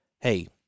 hey